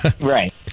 Right